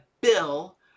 bill